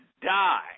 die